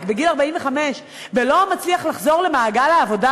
בגיל 45 ולא מצליח לחזור למעגל העבודה,